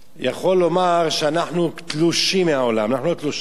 יכול לומר שאנחנו תלושים מהעולם, אנחנו לא תלושים.